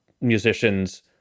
musicians